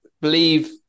believe